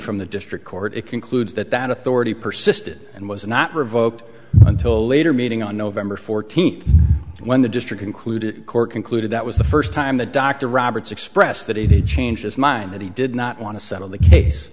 from the district court it concludes that that authority persisted and was not revoked until later meeting on november fourteenth when the district included court concluded that was the first time that dr roberts expressed that he changed his mind that he did not want to settle the case